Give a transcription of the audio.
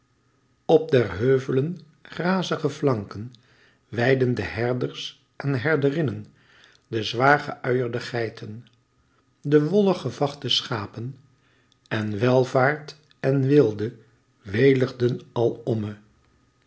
op der heuvelen grazige flanken weidden de herders en herderinnen de zwaar ge uierde geiten de wollig gevachte schapen en welvaart en weelde weligden alomme